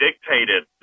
dictated